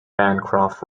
bancroft